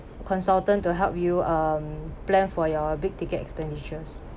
consultant to help you um plan for your big ticket expenditures